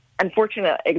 unfortunate